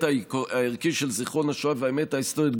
הערכי של זיכרון השואה והאמת ההיסטורית,